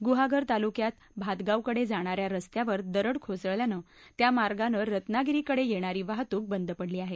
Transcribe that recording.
गुहागर तालुक्यात भातगावकडे जाणाऱ्या रस्त्यावर दरड कोसळल्यानं त्या मार्गानं रत्नागिरीकडे येणारी वाहतूक बंद पडली आहे